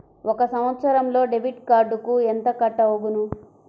ఒక సంవత్సరంలో డెబిట్ కార్డుకు ఎంత కట్ అగును?